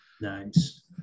Nice